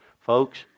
Folks